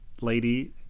lady